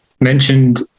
mentioned